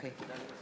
And the winner